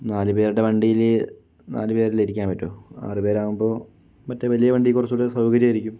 നാലുപേരുടെ വണ്ടിയില് നാലു പേരല്ലേ ഇരിക്കാന് പറ്റൂ ആറ്പേരാകുമ്പോൾ മറ്റേ വലിയ വണ്ടി കുറച്ചും കൂടെ സൗകര്യം ആയിരിക്കും